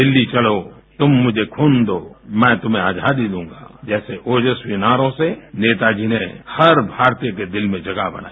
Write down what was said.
दिल्ली चलो तुम मुझे खून दो मैं तुम्हें आजादी दूंगा जैसे ओजस्वी नारों से नेता जी ने हर भारतीय के दिल में जगह बनाई